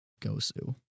Gosu